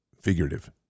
figurative